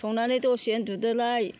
संनानै दसे उन्दुदोलाय